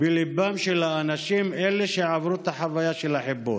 בליבם של האנשים, אלה שעברו את החוויה של החיפוש.